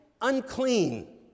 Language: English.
unclean